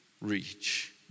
reach